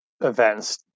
events